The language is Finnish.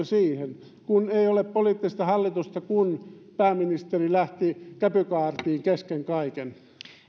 siihen kun ei ole poliittista hallitusta kun pääministeri lähti käpykaartiin kesken kaiken